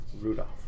Rudolph